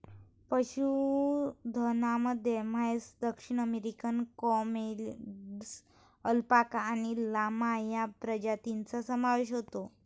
पशुधनामध्ये म्हैस, दक्षिण अमेरिकन कॅमेलिड्स, अल्पाका आणि लामा या प्रजातींचा समावेश होतो